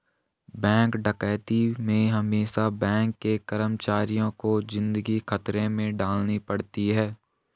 bank डकैती में हमेसा बैंक के कर्मचारियों को जिंदगी खतरे में डालनी पड़ती है